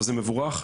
זה מבורך,